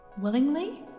Willingly